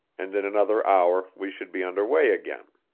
and in another hour we should be under way again.